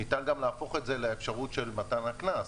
ניתן גם להפוך את זה לאפשרות של מתן הקנס.